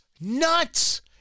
nuts